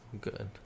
Good